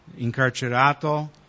Incarcerato